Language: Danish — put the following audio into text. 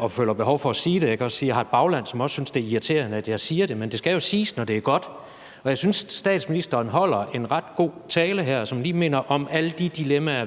og føler behov for at sige det. Jeg kan også sige, at jeg har et bagland, som også synes, det er irriterende, at jeg siger det, men det skal jo siges, når det er godt, og jeg synes, at statsministeren holder en ret god tale her, som lige minder os om alle de dilemmaer,